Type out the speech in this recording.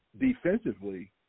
defensively